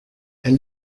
elle